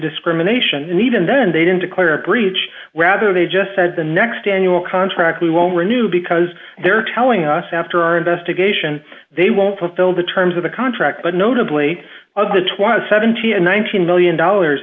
discrimination and even then they didn't declare a breach rather they just said the next annual contract we won't renew because they're telling us after our investigation they won't fulfill the terms of the contract but notably of the twa seventy one million dollars